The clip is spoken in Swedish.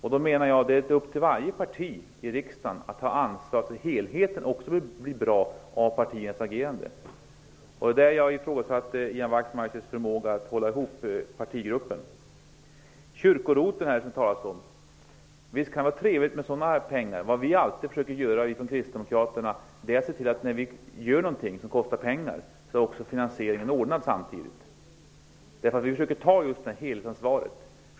Jag menar att det är upp till varje parti i riksdagen att ta ansvar för att helheten av partiets agerande också blir bra. Jag ifrågasatte därför Ian Wachtmeisters förmåga att hålla ihop partigruppen. Det har talats om en kyrko-ROT, och visst kan det vara trevligt med pengar för sådana ändamål. Vi kristdemokrater försöker alltid se till att finansieringen är ordnad när vi gör något som kostar pengar. Vi försöker nämligen ta ett helhetsansvar.